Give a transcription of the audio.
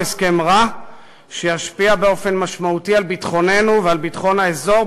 הוא הסכם רע שישפיע באופן משמעותי על ביטחוננו ועל ביטחון האזור,